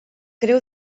creu